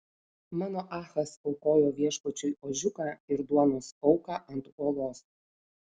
manoachas aukojo viešpačiui ožiuką ir duonos auką ant uolos